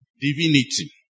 divinity